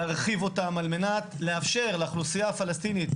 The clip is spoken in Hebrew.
להרחיב אותם על מנת לאפשר לאוכלוסייה הפלסטינית,